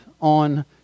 on